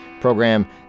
program